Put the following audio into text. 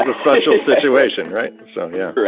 ah special situation, right. and so yeah,